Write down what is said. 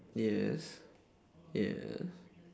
yes yes